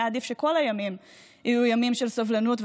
היה עדיף שכל הימים יהיו ימים של סובלנות,